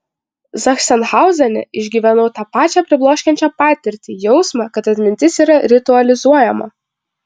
zachsenhauzene išgyvenau tą pačią pribloškiančią patirtį jausmą kad atmintis yra ritualizuojama